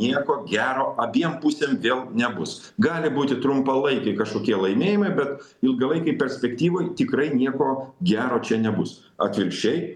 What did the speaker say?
nieko gero abiem pusėm dėl nebus gali būti trumpalaikiai kažkokie laimėjimai bet ilgalaikėj perspektyvoj tikrai nieko gero čia nebus atvirkščiai